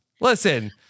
listen